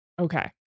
Okay